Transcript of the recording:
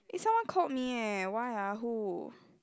eh someone called me eh why ah who